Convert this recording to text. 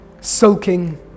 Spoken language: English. sulking